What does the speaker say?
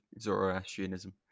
Zoroastrianism